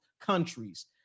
countries